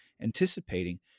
anticipating